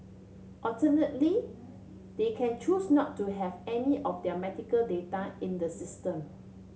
alternately they can choose not to have any of their medical data in the system